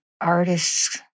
artists